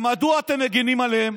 ומדוע אתם מגינים עליהם?